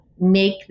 make